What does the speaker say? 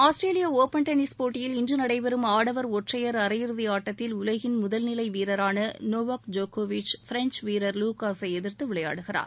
ஆஸ்திரேலிய open tennis போட்டியில் இன்று நடைபெறும் ஒற்றையர் அரையிறுதி ஆட்டத்தில் உலகின் முதல் நிலை வீரராள நோவாக் ஜோகோ விச் பிரஞ்ச் வீரர் லுக்காவை எதிர்த்து விளையாடுகிறார்